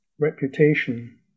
reputation